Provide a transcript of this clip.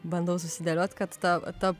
bandau susidėliot kad ta ta